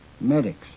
medics